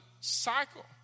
cycle